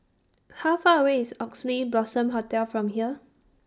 How Far away IS Oxley Blossom Hotel from here